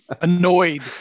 Annoyed